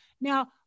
now